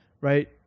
right